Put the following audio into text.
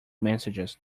messages